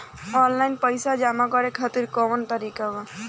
Online पइसा जमा करे खातिर कवन तरीका बा?